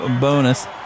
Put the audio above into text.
bonus